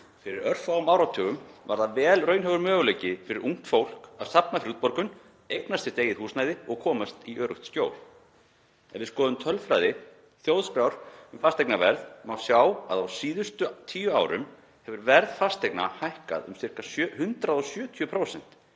Fyrir örfáum áratugum var það vel raunhæfur möguleiki fyrir ungt fólk að safna fyrir útborgun, eignast sitt eigið húsnæði og komast í öruggt skjól. Ef við skoðum tölfræði Þjóðskrár um fasteignaverð má sjá að á síðustu tíu árum hefur verð fasteigna hækkað um sirka 170%